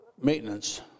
maintenance